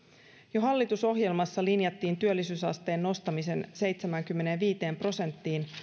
jo hallitusohjelmassa linjattiin työllisyysasteen nostamisen seitsemäänkymmeneenviiteen prosenttiin